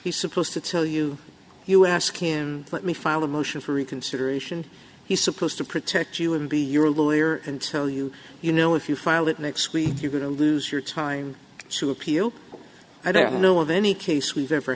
he's supposed to tell you you ask him let me file a motion for reconsideration he's supposed to protect you and be your lawyer and tell you you know if you file it next week you're going to lose your time to appeal i don't know of any case we've ever